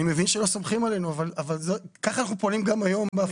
אני מבין שלא סומכים עלינו אבל כך אנחנו פועלים גם היום.